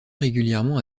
régulièrement